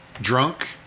drunk